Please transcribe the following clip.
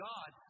God